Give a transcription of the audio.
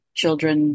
children